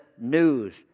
news